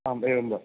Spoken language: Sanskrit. आम् एवं वा